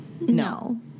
no